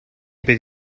bydd